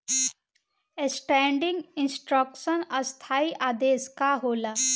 Standing instruction स्थाई आदेश का होला?